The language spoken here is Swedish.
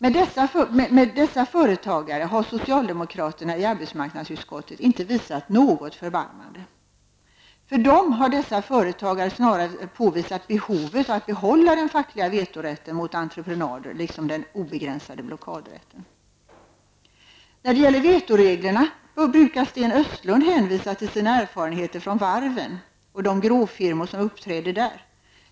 Med dessa företagare har socialdemokraterna i arbetsmarknadsutskottet inte visat något förbarmande. För dem har dessa företagare snarare påvisat behovet av att behålla den fackliga vetorätten mot entreprenader liksom den obegränsade blockadrätten. När det gäller vetoreglerna brukar Sten Östlund hänvisa till sina erfarenheter från varven och de gråfirmor som uppträdde där.